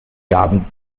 gaben